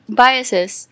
biases